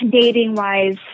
dating-wise